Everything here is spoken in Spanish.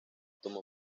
tomó